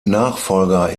nachfolger